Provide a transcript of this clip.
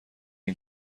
این